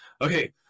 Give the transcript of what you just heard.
okay